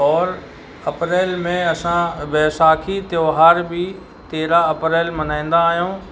और अप्रैल में असां बैसाखी त्योहार बि तेरहं अप्रैल मल्हाईंदा आहियूं